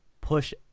push